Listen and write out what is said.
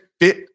fit